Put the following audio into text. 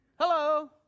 Hello